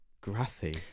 Grassy